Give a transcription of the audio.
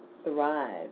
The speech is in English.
Thrive